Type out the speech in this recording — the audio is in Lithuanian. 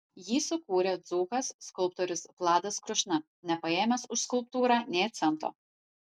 jį sukūrė dzūkas skulptorius vladas krušna nepaėmęs už skulptūrą nė cento